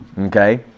Okay